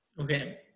Okay